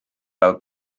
fel